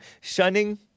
Shunning